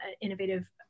innovative